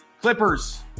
Clippers